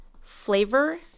flavor